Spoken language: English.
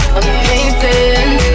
amazing